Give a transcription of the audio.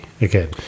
again